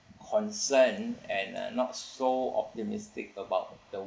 concerned and uh not so optimistic about the